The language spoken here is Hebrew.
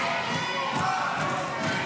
בושה.